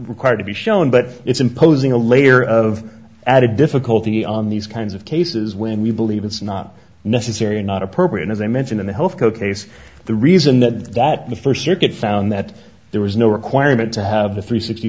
required to be shown but it's imposing a layer of added difficulty on these kinds of cases when we believe it's not necessary and not appropriate as i mentioned in the health care case the reason that the first circuit found that there was no requirement to have the three sixty